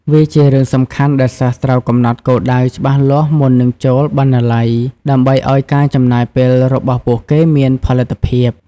វាជារឿងសំខាន់ដែលសិស្សត្រូវកំណត់គោលដៅច្បាស់លាស់មុននឹងចូលបណ្ណាល័យ ដើម្បីឲ្យការចំណាយពេលរបស់ពួកគេមានផលិតភាព។